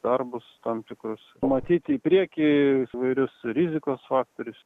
darbus tam tikrus matyti į priekį įvairius rizikos faktorius